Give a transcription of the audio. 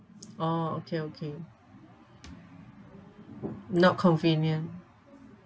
oh okay okay not convenient